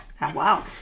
wow